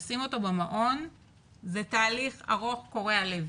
לשים אותו במעון זה תהליך ארוך קורע לב.